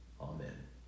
Amen